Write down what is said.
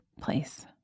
place